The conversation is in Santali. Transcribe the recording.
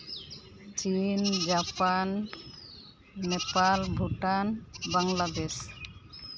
ᱪᱤᱱ ᱡᱟᱯᱟᱱ ᱱᱮᱯᱟᱞ ᱵᱷᱩᱴᱟᱱ ᱵᱟᱝᱞᱟᱫᱮᱥ